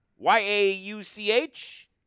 Y-A-U-C-H